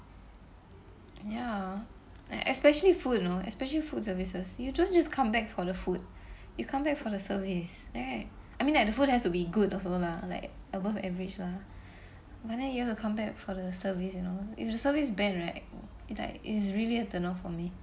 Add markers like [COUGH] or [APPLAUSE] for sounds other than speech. ya like especially food you know especially food services you don't just come back for the food you come back for the service right I mean like the food has to be good also lah like above average lah but then you have to come back for the service you know if the service is bad right [NOISE] like is really a turn off for me